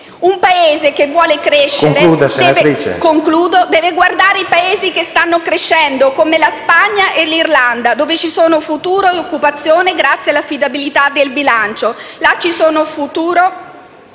Un Paese che vuole crescere deve guardare i Paesi che stanno già crescendo, come la Spagna e l'Irlanda, dove ci sono futuro e occupazione grazie all'affidabilità del bilancio.